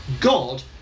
God